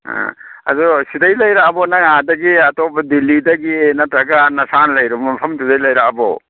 ꯑꯥ ꯑꯗꯣ ꯁꯤꯗꯒꯤ ꯂꯩꯔꯛꯑꯕꯣ ꯅꯪ ꯑꯗꯒꯤ ꯑꯇꯣꯞꯄ ꯗꯤꯜꯂꯤꯗꯒꯤ ꯅꯠꯇ꯭ꯔꯒ ꯅꯁꯥꯅ ꯂꯩꯔꯤꯕ ꯃꯐꯝꯗꯨꯗꯒꯤ ꯂꯩꯔꯛꯑꯕꯣ